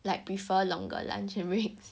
like prefer longer lunch and breaks